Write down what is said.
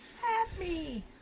Happy